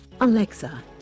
Alexa